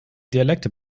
dialekte